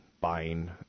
buying